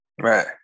Right